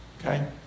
Okay